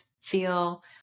feel